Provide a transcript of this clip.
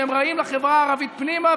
שהם רעים לחברה הערבית פנימה,